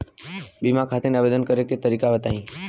बीमा खातिर आवेदन करे के तरीका बताई?